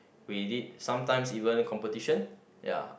we did sometimes even competition ya